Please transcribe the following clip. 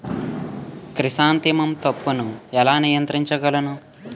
Chrysanthemum తప్పును ఎలా నియంత్రించగలను?